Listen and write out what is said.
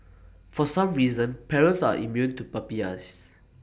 for some reason parents are immune to puppy eyes